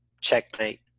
checkmate